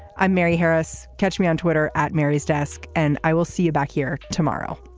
i'm mary harris. catch me on twitter at mary's desk and i will see you back here tomorrow